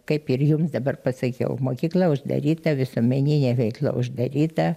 kaip ir jums dabar pasakiau mokykla uždaryta visuomeninė veikla uždaryta